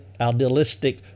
idealistic